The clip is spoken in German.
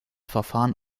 verfahren